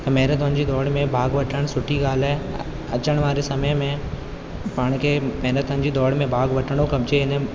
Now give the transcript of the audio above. त मैराथोन जी दौड़ में भाॻु वठण सुठी ॻाल्हि आहे अचण वारे समय में पाण खे मैराथोन जी दौड़ में भाॻु वठिणो खपजे